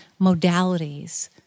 modalities